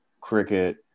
cricket